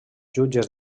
jutges